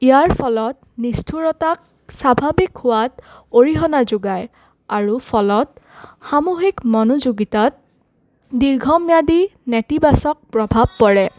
ইয়াৰ ফলত নিষ্ঠুৰতাক স্বাভাৱিক হোৱাত অৰিহণা যোগায় আৰু ফলত সামূহিক মনোযোগিতাত দীৰ্ঘম্যাদি নেতিবাচক প্ৰভাৱ পৰে